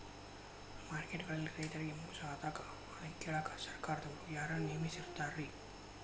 Market ಗಳಲ್ಲಿ ರೈತರಿಗೆ ಮೋಸ ಆದಾಗ ಅದನ್ನ ಕೇಳಾಕ್ ಸರಕಾರದವರು ಯಾರನ್ನಾ ನೇಮಿಸಿರ್ತಾರಿ?